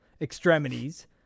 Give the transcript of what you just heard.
Extremities